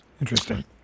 Interesting